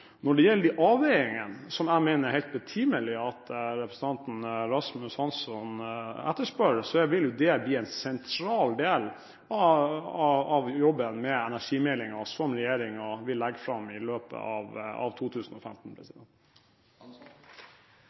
Når det gjelder de avveiningene som jeg mener det er helt betimelig at representanten Rasmus Hansson etterspør, vil det bli en sentral del av jobben med energimeldingen som regjeringen vil legge fram i løpet av 2015.